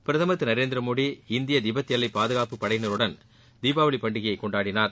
பிரதம் திரு நரேந்திர மோடி இந்திய திபெத் எல்லை பாதுகாப்புப் படையினருடன் தீபாவளி பண்டிகையை கொண்டாடினார்